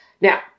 Now